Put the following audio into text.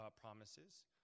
promises